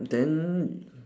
then